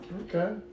okay